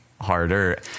harder